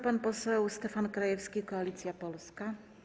Pan poseł Stefan Krajewski, Koalicja Polska.